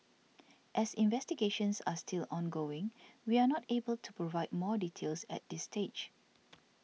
as investigations are still ongoing we are not able to provide more details at this stage